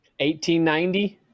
1890